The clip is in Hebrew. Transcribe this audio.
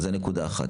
זו נקודה אחת.